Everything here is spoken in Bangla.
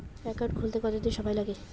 একাউন্ট খুলতে কতদিন সময় লাগে?